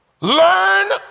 learn